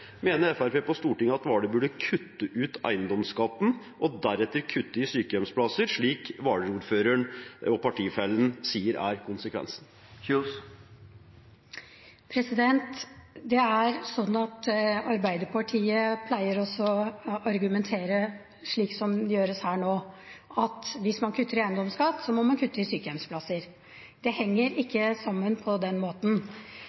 Mener Fremskrittspartiet på Stortinget at Hvaler burde kutte ut eiendomsskatten og deretter kutte i sykehjemsplasser, slik Hvaler-ordføreren og partifellen sier er konsekvensen? Arbeiderpartiet pleier å argumentere slik som det gjøres her nå, at hvis man kutter i eiendomsskatt, må man kutte i sykehjemsplasser. Det henger ikke sammen på den måten.